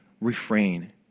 refrain